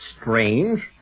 Strange